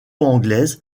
anglaise